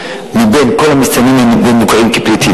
מבין כל המסתננים האלה מוכרים כפליטים,